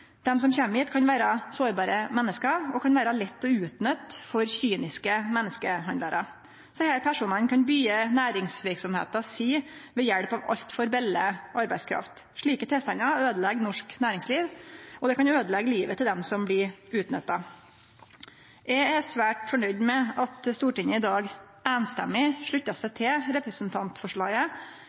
Dei som kjem hit, kan vere sårbare menneske og kan vere lette å utnytte for kyniske menneskehandlarar. Desse personane kan byggje næringsverksemda si ved hjelp av altfor billig arbeidskraft. Slike tilstandar øydelegg norsk næringsliv, og det kan øydeleggje livet til dei som blir utnytta. Eg er svært nøgd med at Stortinget i dag samrøystes sluttar seg til representantforslaget